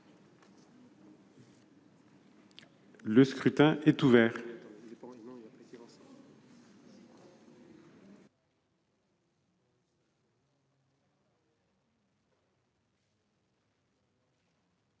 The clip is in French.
Le scrutin est ouvert.